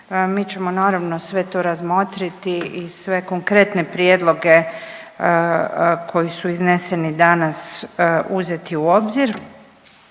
Mi ćemo naravno sve to razmotriti i sve konkretne prijedloge koji su izneseni danas uzeti u obzir.